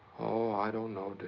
oh, i don't know, dear.